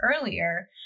earlier